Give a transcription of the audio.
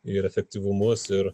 ir efektyvumus ir